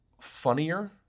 funnier